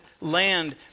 land